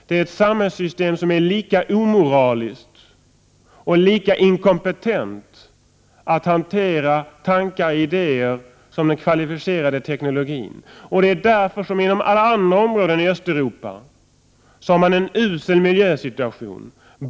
Det är ett samhällssystem som är lika omoraliskt och lika inkompetent att hantera tankar och idéer som den kvalificerade teknologin. Det är därför som man i Östeuropa har en usel miljösituation, som inom alla andra områden.